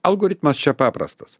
algoritmas čia paprastas